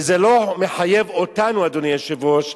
וזה לא מחייב אותנו, אדוני היושב-ראש,